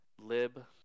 Lib